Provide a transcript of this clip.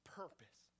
purpose